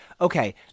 Okay